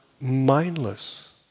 mindless